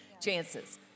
Chances